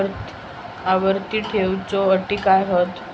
आवर्ती ठेव च्यो अटी काय हत?